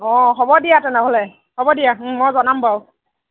অঁ হ'ব দিয়া তেনেহ'লে হ'ব দিয়া মই জনাম বাৰু